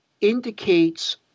indicates